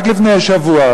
רק לפני שבוע,